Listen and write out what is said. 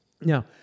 Now